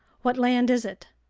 what land is it?